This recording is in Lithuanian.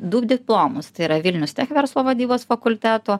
du diplomus tai yra vilnius tech verslo vadybos fakulteto